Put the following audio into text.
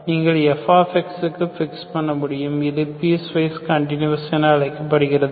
நீங்கள் f க்கு fix பண்ண முடியும் இது பீஸ் வைரஸ்கண்டினுவஸ் என அழைக்கப்படுகிறது